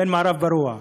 ואין מערב פרוע.